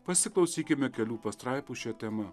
pasiklausykime kelių pastraipų šia tema